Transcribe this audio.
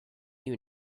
you